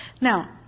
Now